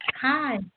Hi